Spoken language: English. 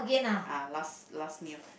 ah last last meal